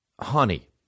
Honey